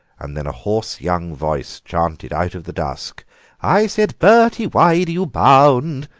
and then a hoarse young voice chanted out of the dusk i said, bertie, why do you bound?